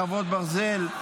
חרבות ברזל),